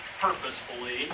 purposefully